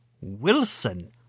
Wilson